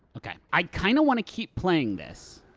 okay. i kind of want to keep playing this.